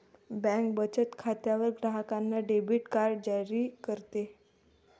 bank बचत खात्यावर ग्राहकांना डेबिट कार्ड जारी करते